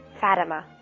Fatima